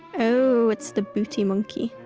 oh it's the booty monkey.